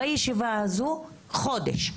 בישיבה הזו חודש,